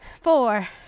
four